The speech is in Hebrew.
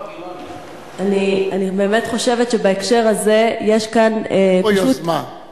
אני באמת חושבת שבהקשר הזה יש כאן פשוט, יוזמה.